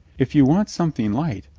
if you want something light,